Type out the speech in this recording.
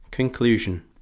Conclusion